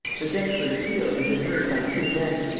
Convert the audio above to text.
the desperate appeal had been heard by two men,